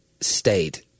state